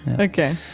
Okay